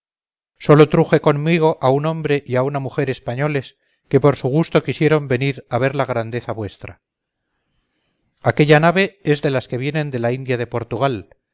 sólo truje conmigo a un hombre y a una mujer españoles que por su gusto quisieron venir a ver la grandeza vuestra aquella nave es de las que vienen de la india de portugal